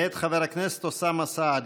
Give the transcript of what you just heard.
מאת חבר הכנסת אוסאמה סעדי.